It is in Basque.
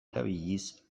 erabiliz